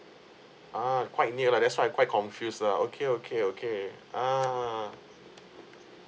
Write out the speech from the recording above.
ah quite near lah that's why quite confuse lah okay okay okay ah